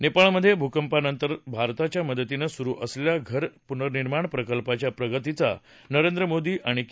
नेपाळमध्ये भूकंपानंतरभारताच्या मदतीनं सुरु असलेल्या घर पुनर्निर्माण प्रकल्पाच्या प्रगतीचा नरेंद्रमोदी आणि के